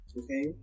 okay